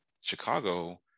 Chicago